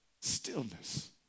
Stillness